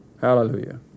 Hallelujah